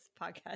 podcast